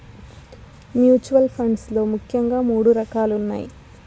mutual funds లో ముఖ్యంగా మూడు రకాలున్నయ్